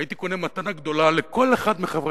הייתי קונה מתנה גדולה לכל אחד מחברי